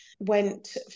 went